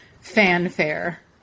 fanfare